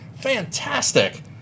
Fantastic